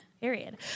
Period